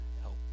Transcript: help